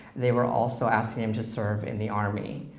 they were also asking them to serve in the army,